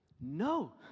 No